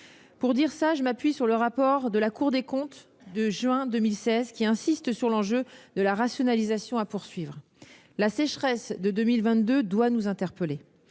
mon propos, je citerai le rapport de la Cour des comptes du mois de juin 2016, qui insiste sur l'enjeu de la rationalisation à poursuivre. La sécheresse de 2022 doit nous interpeller.